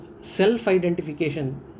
self-identification